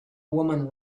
woman